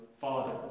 Father